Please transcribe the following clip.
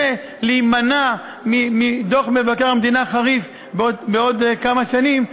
הפעולה הזאת נעשתה כדי להימנע מדוח חריף של מבקר המדינה בעוד כמה שנים.